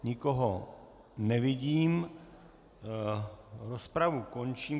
Nikoho nevidím, rozpravu končím.